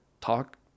talk